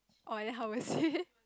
oh and then how was it